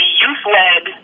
youth-led